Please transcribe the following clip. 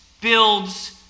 builds